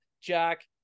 Jack